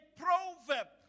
proverb